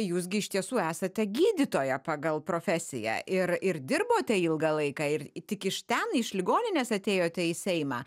jūs gi iš tiesų esate gydytoja pagal profesiją ir ir dirbote ilgą laiką ir tik iš ten iš ligoninės atėjote į seimą